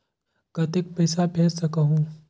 कतेक पइसा भेज सकहुं?